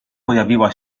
pojawiła